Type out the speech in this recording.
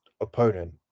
opponent